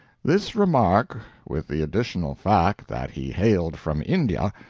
this remark, with the additional fact that he hailed from india,